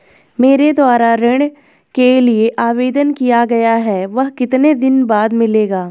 मेरे द्वारा ऋण के लिए आवेदन किया गया है वह कितने दिन बाद मिलेगा?